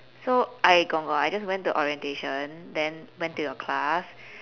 so I gong gong I just went to orientation then went to your class